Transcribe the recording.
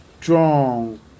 strong